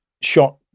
shot